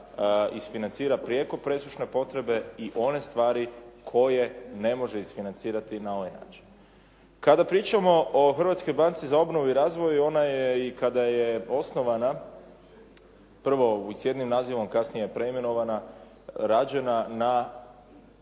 isfinancira prijeko presušne potrebe i one stvari koje ne može isfinancirati na ovaj način. Kada pričamo o Hrvatskoj banci za obnovu i razvoj, ona je i kada je osnovana prvo s jednim nazivom, a kasnije i preimenovana rađena po